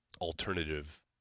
alternative